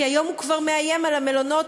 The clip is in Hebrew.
כי היום הוא כבר מאיים על המלונות,